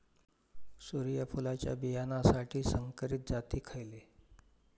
सूर्यफुलाच्या बियानासाठी संकरित जाती खयले?